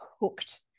hooked